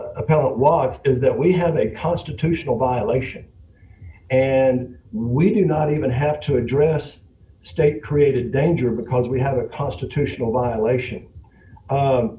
was is that we have a constitutional violation and we do not even have to address state created danger because we have a constitutional violation